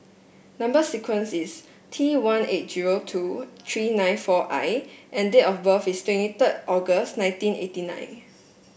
number sequence is T one eight zero two three nine four I and date of birth is twenty third August nineteen eighty nine